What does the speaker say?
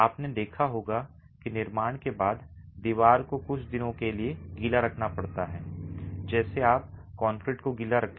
आपने देखा होगा कि निर्माण के बाद दीवार को कुछ दिनों के लिए गीला रखना पड़ता है जैसे आप कंक्रीट को गीला रखेंगे